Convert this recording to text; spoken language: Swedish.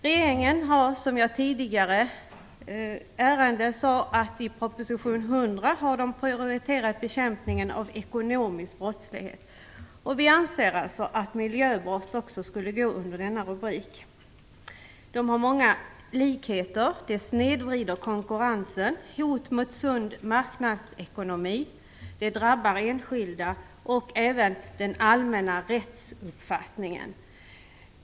Regeringen har, som jag sade i ett tidigare ärende, i proposition 100 prioriterat bekämpningen av ekonomisk brottslighet. Vi anser att miljöbrott också skulle gå under denna rubrik. Dessa brott har många likheter. De snedvrider konkurrensen, innebär hot mot sund marknadsekonomi, de drabbar enskilda och även den allmänna rättsuppfattningen.